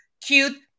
cute